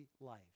life